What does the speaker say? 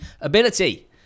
ability